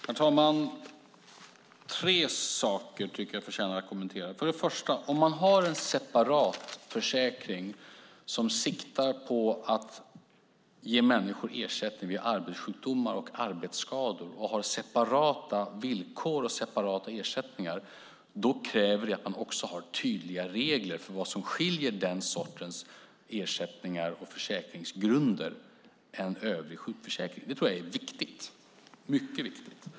Herr talman! Tre saker tycker jag förtjänar att kommenteras. För det första: Om man har en separat försäkring som siktar på att ge människor ersättning vid arbetssjukdomar och arbetsskador och har separata villkor och separata ersättningar kräver det att man också har tydliga regler för vad som skiljer den sortens ersättningar och försäkringsgrunder från övrig sjukförsäkring. Det tror jag är mycket viktigt.